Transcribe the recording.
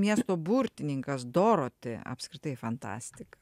miesto burtininkas doroti apskritai fantastika